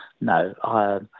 no